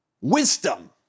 Wisdom